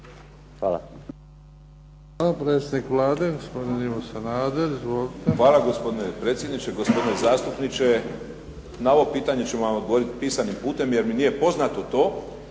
Hvala. Predsjednik Vlade gospodin Ivo Sanader. Izvolite. **Sanader, Ivo (HDZ)** Hvala gospodine predsjedniče, gospodine zastupniče. Na ovo pitanje ćemo vam odgovoriti pisanim putem, jer mi nije poznato to.